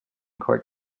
court